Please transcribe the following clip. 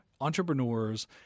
entrepreneurs